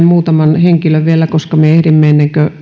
muutaman henkilön vielä koska me ehdimme ennen kuin